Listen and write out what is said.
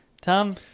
Tom